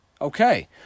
okay